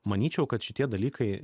manyčiau kad šitie dalykai